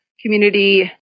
community